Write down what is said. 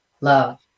love